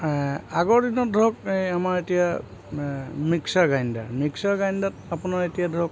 আগৰ দিনত ধৰক এই আমাৰ এতিয়া মিক্সাৰ গ্ৰাইণ্ডাৰ মিস্কাৰ গ্ৰাইণ্ডাৰত আপোনাৰ এতিয়া ধৰক